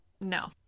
No